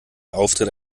auftritt